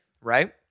right